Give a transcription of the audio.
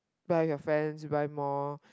buy your friends buy more